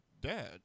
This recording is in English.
dad